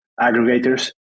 aggregators